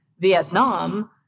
Vietnam